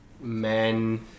men